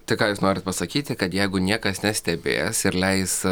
tai ką jūs norit pasakyti kad jeigu niekas nestebės ir leis